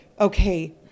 okay